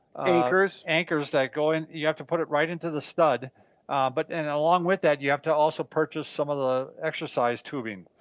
anchors. anchors that go in, you have to put it right into the stud but and along with that, you have to also purchase some of the exercise tubing.